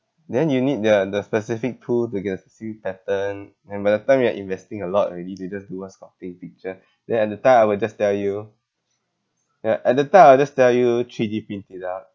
then you need the the specific tool to get the serial pattern and by the time you are investing a lot already to just do one sculpting picture then at the time I will just tell you ya at the time I'll just tell you three_D print it out